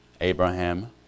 Abraham